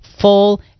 full